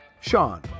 Sean